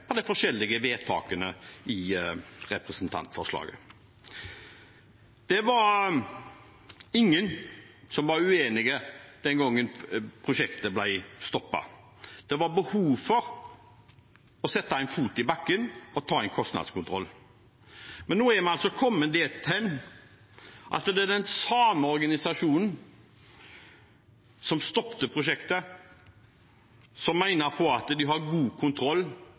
på de forskjellige vedtakene i representantforslaget. Det var ingen som var uenig den gangen prosjektet ble stoppet. Det var behov for å sette en fot i bakken og ta en kostnadskontroll. Men nå er vi kommet dit hen at det er den samme organisasjonen som stoppet prosjektet, som mener at de har god kontroll